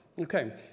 Okay